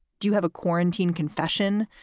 do you have a quarantine confession?